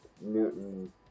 Newton